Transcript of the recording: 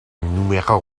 numéro